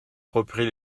reprit